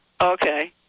Okay